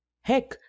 heck